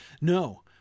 No